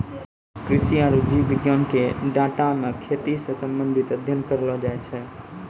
कृषि आरु जीव विज्ञान के डाटा मे खेती से संबंधित अध्ययन करलो जाय छै